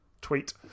tweet